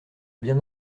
bien